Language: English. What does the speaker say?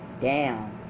down